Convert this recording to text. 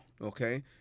okay